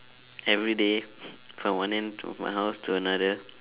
everyday from one end to my house to another